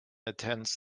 attends